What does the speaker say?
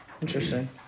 Interesting